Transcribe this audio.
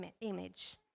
image